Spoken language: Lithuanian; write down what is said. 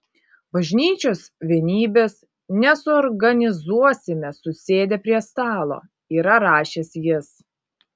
bažnyčios vienybės nesuorganizuosime susėdę prie stalo yra rašęs jis